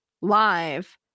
live